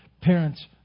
Parents